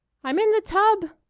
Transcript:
i'm in the tub,